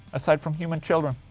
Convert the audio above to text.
aside from human children?